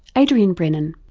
adrian brennan.